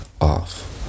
off